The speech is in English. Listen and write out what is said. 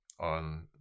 on